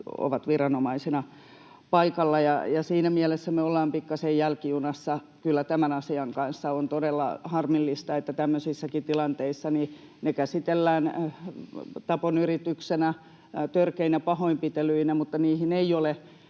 ovat viranomaisena paikalla. Siinä mielessä me olemme pikkasen jälkijunassa kyllä tämän asian kanssa. On todella harmillista, että tämmöisissäkin tilanteissa ne käsitellään tapon yrityksenä, törkeinä pahoinpitelyinä, mutta niihin ei ole